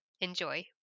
Enjoy